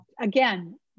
Again